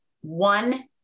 one